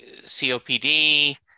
COPD